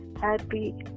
happy